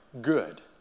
good